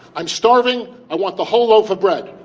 i'm starving. i want the whole loaf of bread.